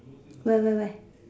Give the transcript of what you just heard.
where where where